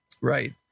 Right